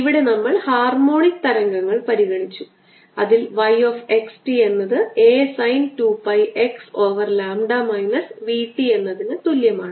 ഇവിടെ നമ്മൾ ഹാർമോണിക് തരംഗങ്ങൾ പരിഗണിച്ചു അതിൽ y x t എന്നത് A sin 2 pi x over lambda minus v t എന്നതിന് തുല്യമാണ്